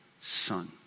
Son